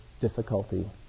difficulty